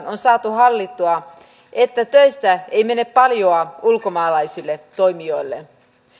on saatu hallittua että töistä ei mene paljoa ulkomaalaisille toimijoille